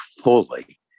fully